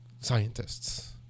scientists